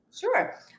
Sure